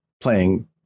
playing